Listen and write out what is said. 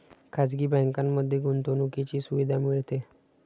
खाजगी बँकांमध्ये गुंतवणुकीची सुविधा मिळते